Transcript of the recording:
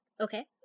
Okay